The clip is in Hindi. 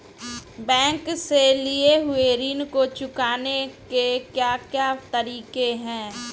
बैंक से लिए हुए ऋण को चुकाने के क्या क्या तरीके हैं?